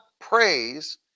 praise